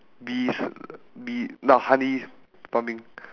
bees bee not honey farming